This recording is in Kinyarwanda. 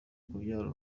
kubyara